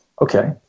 Okay